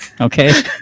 Okay